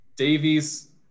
Davies